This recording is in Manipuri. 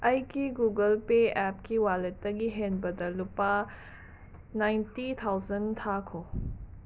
ꯑꯩꯒꯤ ꯒꯨꯒꯜ ꯄꯦ ꯑꯦꯞꯀꯤ ꯋꯥꯂꯦꯠꯇꯒꯤ ꯍꯦꯟꯕꯗ ꯂꯨꯄꯥ ꯅꯥꯏꯟꯇꯤ ꯊꯥꯎꯖꯟ ꯊꯥꯈꯣ